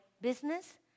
business